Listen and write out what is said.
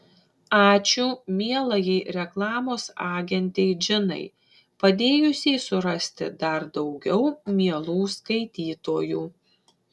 ačiū mielajai reklamos agentei džinai padėjusiai surasti dar daugiau mielų skaitytojų